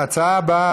ההצעה הבאה,